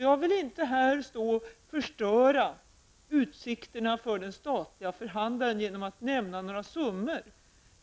Jag vill inte här stå och förstöra utsikterna för den statliga förhandlaren genom att nämna några summor.